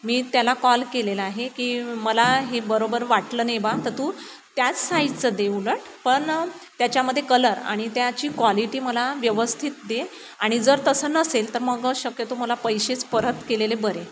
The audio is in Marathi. मी त्याला कॉल केलेला आहे की मला हे बरोबर वाटलं नाही बा तर तू त्याच साईजचं दे उलट पण त्याच्यामध्ये कलर आणि त्याची कॉलिटी मला व्यवस्थित दे आणि जर तसं नसेल तर मग शक्यतो मला पैसेच परत केलेले बरे